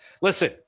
listen